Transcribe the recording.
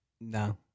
No